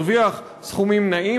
הרוויח סכומים נאים,